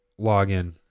login